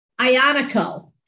Ionico